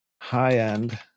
High-end